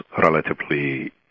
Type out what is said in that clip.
relatively